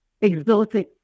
exhausting